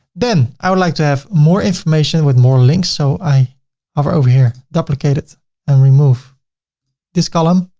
then i would like to have more information with more links. so i hover over here, duplicate it and remove this column.